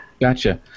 Gotcha